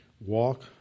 walk